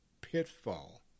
pitfall